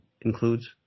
includes